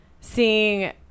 seeing